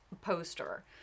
poster